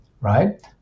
right